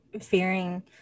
fearing